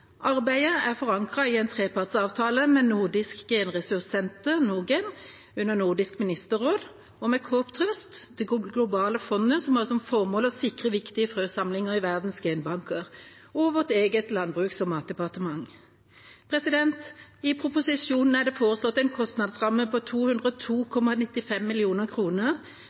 Arbeidet er forankret i en trepartsavtale med Nordisk genressurssenter, NordGen, under Nordisk ministerråd, med CropTrust, det globale fondet som har som formål å sikre viktige frøsamlinger i verdens genbanker, og Landbruks- og matdepartementet. I proposisjonen er det foreslått en kostnadsramme på